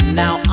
now